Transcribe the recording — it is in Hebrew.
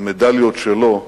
המדליות שלו,